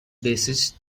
bassist